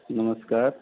नमस्कार